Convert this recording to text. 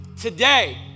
today